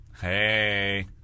Hey